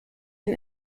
den